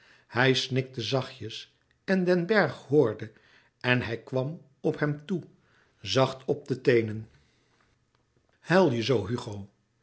hij snikte zachtjes en den bergh hoorde en hij kwam op hem toe zacht op de teenen huil je zoo hugo